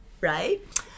Right